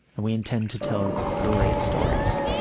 and we intend to tell great stories.